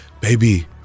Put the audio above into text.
baby